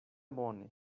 bone